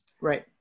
Right